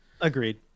Agreed